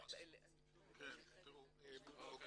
בוקר